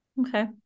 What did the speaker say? Okay